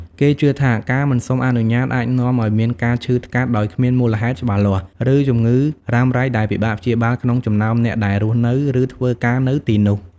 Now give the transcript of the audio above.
គេជឿថា ការមិនសុំអនុញ្ញាតអាចនាំឲ្យមានការឈឺថ្កាត់ដោយគ្មានមូលហេតុច្បាស់លាស់ ឬជំងឺរ៉ាំរ៉ៃដែលពិបាកព្យាបាលក្នុងចំណោមអ្នកដែលរស់នៅ ឬធ្វើការនៅទីនោះ។